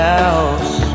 house